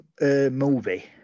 Movie